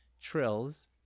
Trills